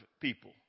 people